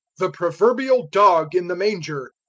the proverbial dog in the manger.